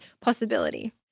possibility